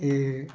ते